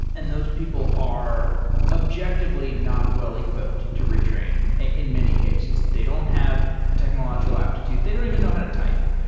and those people are objectively not well-equiped to retrain and in many cases. they don't have technological aptitude. they don't even know how to type.